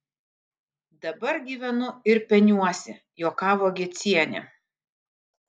dabar gyvenu ir peniuosi juokavo gecienė